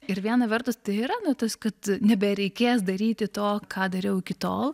ir viena vertus tai yra nu tas kad nebereikės daryti to ką dariau iki tol